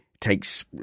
takes